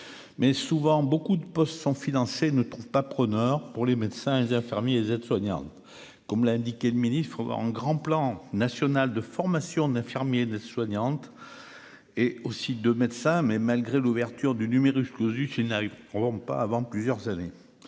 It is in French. mais souvent beaucoup de postes sont financés ne trouvent pas preneur pour les médecins, infirmiers, les aides-soignantes, comme l'a indiqué le ministre un grand plan national de formation d'infirmier des soignantes et aussi de médecins mais malgré l'ouverture du numerus clausus n'a eu. On pas avant plusieurs années